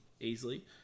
easily